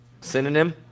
synonym